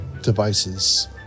devices